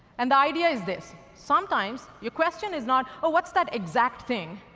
and the idea is this. sometimes, your question is not, oh, what's that exact thing?